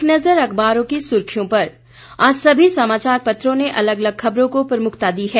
एक नज़र अखबारों की सुर्खियों पर आज सभी समाचार पत्रों ने अलग अलग खबरों को प्रमुखता दी है